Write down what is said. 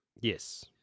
Yes